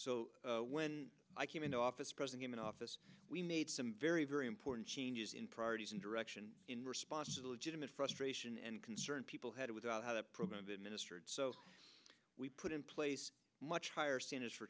two when i came into office pressing him in office we made some very very important changes in priorities and direction in response to the legitimate frustration and concern people had without how to program the administered so we put in place much higher standards for